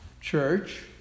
church